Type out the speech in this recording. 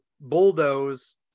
bulldoze